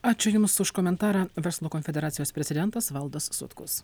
ačiū jums už komentarą verslo konfederacijos prezidentas valdas sutkus